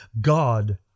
God